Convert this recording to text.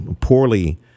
poorly